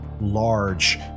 large